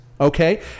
okay